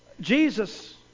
Jesus